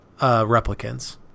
replicants